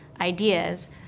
ideas